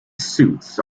suites